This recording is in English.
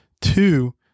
Two